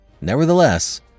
Nevertheless